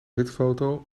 witfoto